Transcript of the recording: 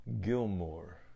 Gilmore